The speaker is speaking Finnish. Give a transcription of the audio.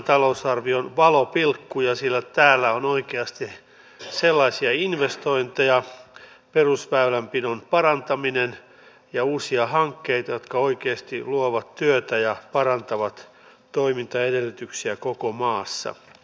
äsken käytiin jo hyvää keskustelua mutta haluan vielä tuoda esille sen näkemykseni että lainvalmistelun on perustuttava asiatietoon ja on tärkeää että sitä ei väheksytä